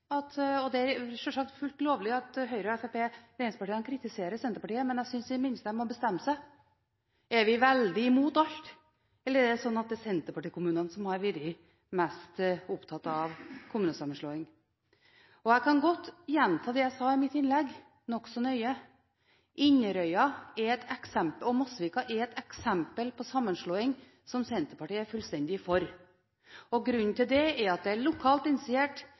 og det er sjølsagt fullt lovlig, at Høyre og Fremskrittspartiet – regjeringspartiene – kritiserer Senterpartiet, men jeg synes i det minste de bør bestemme seg. Er vi veldig imot alt, eller er det sånn at det er senterpartikommunene som har vært mest opptatt av kommunesammenslåing? Jeg kan godt gjenta det jeg sa i mitt innlegg, nokså nøye. Inderøy og Mosvik er eksempler på sammenslåing som Senterpartiet er fullstendig for, og grunnen til det er at det er lokalt initiert.